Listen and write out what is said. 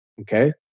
Okay